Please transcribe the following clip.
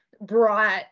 brought